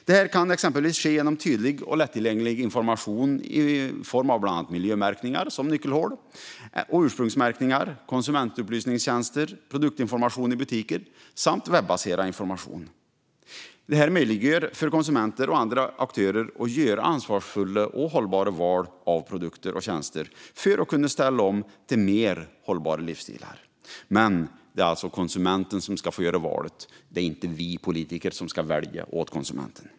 Det kan exempelvis ske genom tydlig och lättillgänglig information i form av bland annat miljömärkningar - till exempel nyckelhålet - och ursprungsmärkningar, konsumentupplysningstjänster, produktinformation i butiker och webbaserad information. Detta möjliggör för konsumenter och andra aktörer att göra ansvarsfulla och hållbara val av produkter och tjänster för att ställa om till mer hållbara livsstilar. Men det är alltså konsumenten som ska göra valet; det är inte vi politiker som ska välja åt konsumenten.